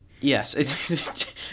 yes